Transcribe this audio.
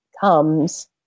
comes